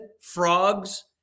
frogs